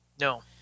No